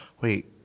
Wait